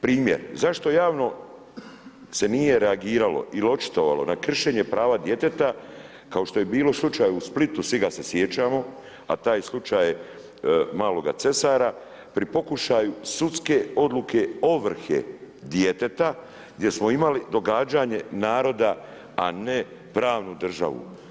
Primjer, zašto se javno nije reagiralo ili očitovalo na kršenje prava djeteta kao što je bio slučaj u Splitu, svi ga se sjećamo, a taj je slučaj maloga Cesara, pri pokušaju sudske odluke ovrhe djeteta gdje smo imali događanje naroda, a ne pravnu državu.